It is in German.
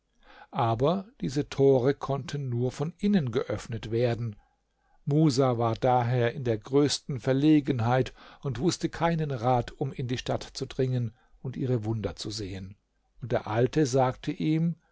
aber diese tore konnten nur von innen geöffnet werden musa war daher in der größten verlegenheit und wußte keinen rat um in die stadt zu dringen und ihre wunder zu sehen und der alte sagte ihm